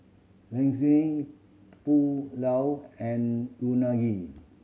Lasagne Pulao and Unagi